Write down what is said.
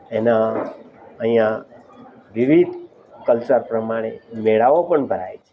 એના અહીંયા વિવિધ કલ્ચર પ્રમાણે મેળાઓ પણ ભરાય છે